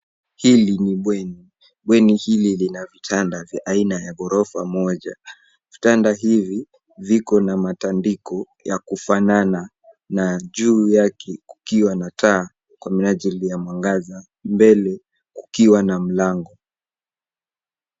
Hili ni bweni. Bweni hili lina vitanda vya aina ya ghorofa moja. Vitanda hivi viko na matandiko ya kufanana na juu yake kukiwa na taa kwa minajili ya mwangaza. Mbele kukiwa na mlango.